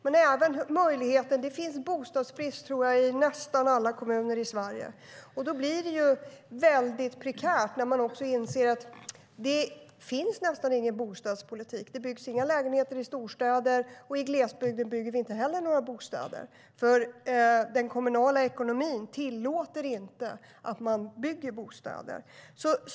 Jag tror att det är bostadsbrist i nästan alla kommuner i Sverige. Det blir mycket prekärt när man inser att det nästan inte finns någon bostadspolitik. Det byggs inga lägenheter i storstäderna, och det byggs inte heller några bostäder i glesbygden eftersom den kommunala ekonomin inte tillåter att man bygger bostäder.